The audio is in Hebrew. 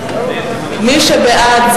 מי שבעד,